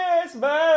Christmas